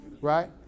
Right